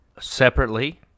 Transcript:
separately